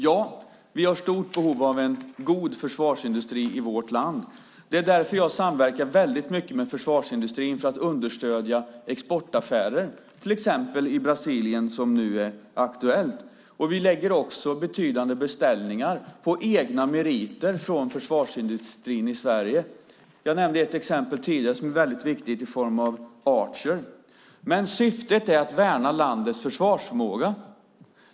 Ja, vi har stort behov av en god försvarsindustri i vårt land. Därför samverkar jag väldigt mycket med försvarsindustrin för att understödja exportaffärer, till exempel i Brasilien som nu är aktuellt. Vi lägger också betydande beställningar på egna meriter från försvarsindustrin i Sverige. Jag nämnde ett exempel tidigare som är väldigt viktigt i form av Archer. Men syftet är att värna landets försvarsförmåga.